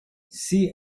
see